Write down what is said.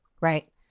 Right